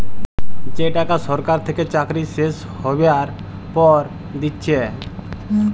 যে টাকা সরকার থেকে চাকরি শেষ হ্যবার পর দিচ্ছে